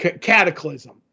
cataclysm